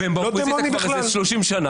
כאילו אנשים באופוזיציה שולטים.